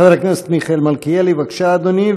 חבר הכנסת מיכאל מלכיאלי, בבקשה, אדוני.